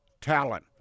talent